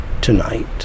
tonight